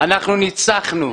אנחנו ניצחנו.